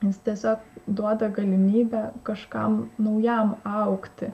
jis tiesiog duoda galimybę kažkam naujam augti